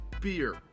Beer